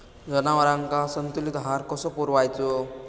जनावरांका संतुलित आहार कसो पुरवायचो?